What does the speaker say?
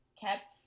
kept